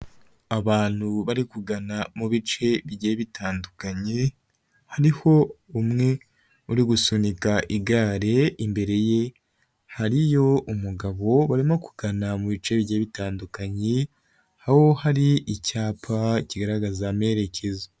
Abantu bari kugana mu bice bigiye bitandukanye hariho umwe uri gusunika igare, imbere ye hariyo umugabo barimo kugana mu bicenge bitandukanye, aho hari icyapa kigaragaza amerekezo.